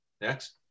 next